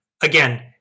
again